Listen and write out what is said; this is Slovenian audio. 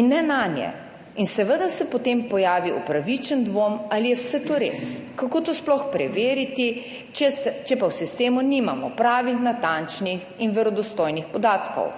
in ne nanje in seveda se potem pojavi upravičen dvom, ali je vse to res. Kako to sploh preveriti, če se, če pa v sistemu nimamo pravih, natančnih in verodostojnih podatkov?